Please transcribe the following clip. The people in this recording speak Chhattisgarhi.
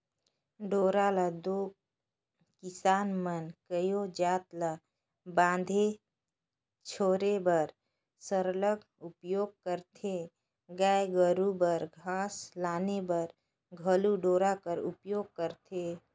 डोरा ल दो किसान मन कइयो जाएत ल बांधे छोरे बर सरलग उपियोग करथे गाय गरू बर घास लाने बर घलो डोरा कर उपियोग करथे